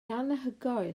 anhygoel